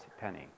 penny